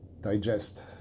digest